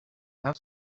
have